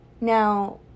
now